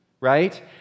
right